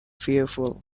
fearful